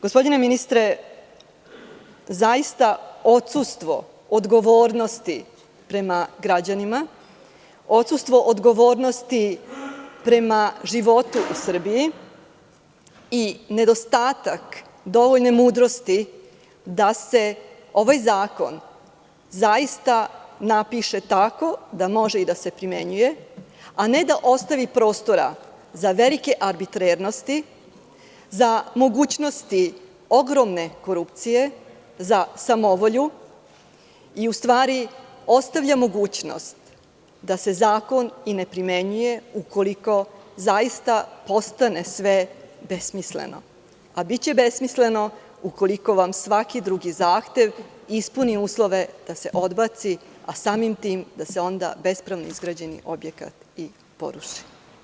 Gospodine ministre, zaista odsustvo odgovornosti prema građanima, odsustvo odgovornosti prema životu u Srbiji i nedostatak dovoljne mudrosti da se ovaj zakon zaista napiše tako da može da se primenjuje, a ne da ostavi prostora za velike arbitrarnosti, za mogućnosti ogromne korupcije, za samovolju i ostavlja mogućnost da se zakon ne primenjuje ukoliko sve postane besmisleno, a biće besmisleno ukoliko vam svaki drugi zahtev ispuni uslove da se odbaci, a samim tim da se bespravno izgrađeni objekti poruše.